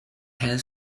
had